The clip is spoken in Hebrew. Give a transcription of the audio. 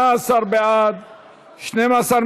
ההצעה להעביר את הצעת חוק הרשויות